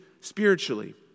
spiritually